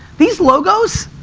these logos,